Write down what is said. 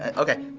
ah okay.